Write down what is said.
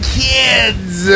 kids